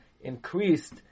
increased